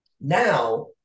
Now